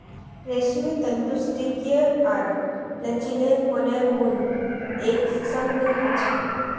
रेशमी तंतुत स्फटिकीय आर लचीलेपनेर गुण एक संग ह छेक